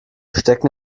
stecken